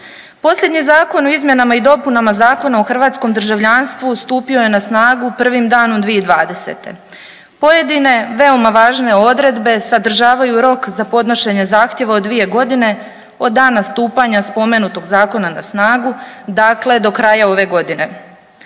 Posljednji Zakon o izmjenama i dopunama Zakona o hrvatskom državljanstvu stupio je snagu prvim danom 2020.. Pojedine veoma važne odredbe sadržavaju rok za podnošenje zahtjeva od 2.g. od dana stupanja spomenutog zakona na snagu, dakle do kraja ove godine.